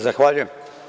Zavhaljujem.